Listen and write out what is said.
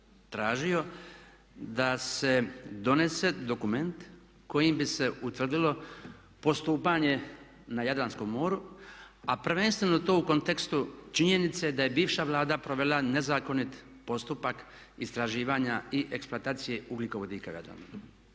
tražio da se donese dokument kojim bi se utvrdilo postupanje na Jadranskom moru a prvenstveno to u kontekstu činjenice da je bivša Vlada provela nezakonit postupak istraživanja i eksploatacije ugljikovodika …/Ne